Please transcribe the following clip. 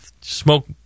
smoke